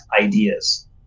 ideas